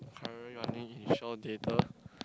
currently only in Shaw-Theatre